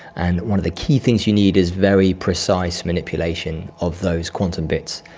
and one of the key things you need is very precise manipulation of those quantum bits.